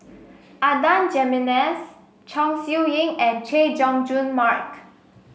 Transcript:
Adan Jimenez Chong Siew Ying and Chay Jung Jun Mark